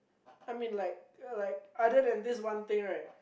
I mean like like other than this one thing right